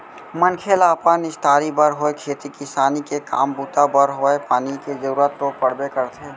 मनखे ल अपन निस्तारी बर होय खेती किसानी के काम बूता बर होवय पानी के जरुरत तो पड़बे करथे